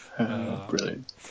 Brilliant